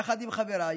יחד עם חבריי,